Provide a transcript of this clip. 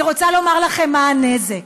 אני רוצה לומר לכם מה הנזק,